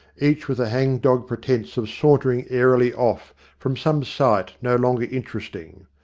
each with a hang-dog pretence of saunter ing airily off from some sight no longer interest ing.